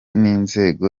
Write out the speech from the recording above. n’inzego